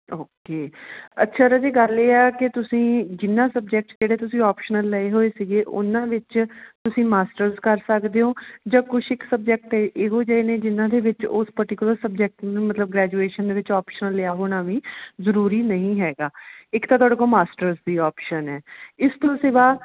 okay ਅੱਛਾ ਰਾਜੇ ਗੱਲ ਇਹ ਆ ਕਿ ਤੁਸੀਂ ਜਿੰਨਾਂ ਸਬਜੈਕਟਸ ਜਿਹੜੇ ਤੁਸੀਂ ਓਪਸ਼ਨਲ ਲਏ ਹੋਏ ਸੀਗੇ ਉਹਨਾਂ ਵਿੱਚ ਤੁਸੀਂ ਮਾਸਟਰਸ ਕਰ ਸਕਦੇ ਓਂ ਜਾਂ ਕੁਛ ਕ ਸਬਜੈਕਟ ਇਹੋ ਜਿਹੇ ਨੇ ਜਿਹਨਾਂ ਦੇ ਵਿੱਚ ਉਸ ਪਰਟੀਕੂਲਰ ਸਬਜੈਕਟ ਨੂੰ ਮਤਲਬ ਗ੍ਰੈਜੂਏਸ਼ਨ ਦੇ ਵਿੱਚ ਓਪਸ਼ਨਲ ਲਿਆ ਹੋਣਾ ਵੀ ਜ਼ਰੂਰੀ ਨਹੀਂ ਹੈਗਾ ਇੱਕ ਤਾਂ ਤੁਹਾਡੇ ਕੋਲ ਮਾਸਟਰਸ ਦੀ ਓਪਸ਼ਨ ਹੈ ਇਸ ਤੋਂ ਸਿਵਾ